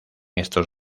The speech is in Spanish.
estos